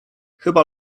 chyba